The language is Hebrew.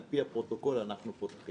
על-פי הפרוטוקול אנחנו פותחים.